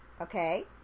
okay